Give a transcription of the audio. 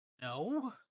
No